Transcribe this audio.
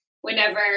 whenever